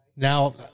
Now